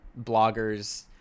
bloggers